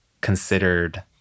considered